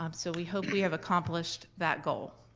um so we hope we have accomplished that goal.